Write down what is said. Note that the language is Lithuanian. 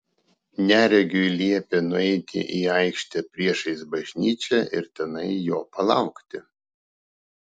neregiui liepė nueiti į aikštę priešais bažnyčią ir tenai jo palaukti